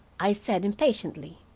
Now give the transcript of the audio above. i said impatiently.